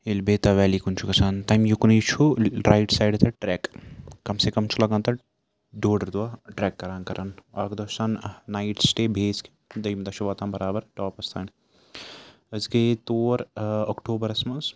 ییٚلہِ بیتاب ویلی کُن چھُ گژھان تَمہِ یُکنُے چھُ رایٹ سایڑٕ تَتھ ٹرٛٮ۪ک کَم سے کَم چھُ لَگان تَتھ ڈۄڑ دۄہ ٹرٛٮ۪ک کَران کَران اَکھ دۄہ چھُ آسان نایٹ سِٹے بیس دٔیمہِ دۄہ چھِ واتان برابر ٹاپَس تانۍ أسۍ گٔیے تور اکٹوٗبرَس منٛز